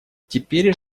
теперь